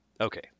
Okay